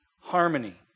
harmony